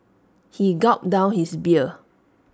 he gulped down his beer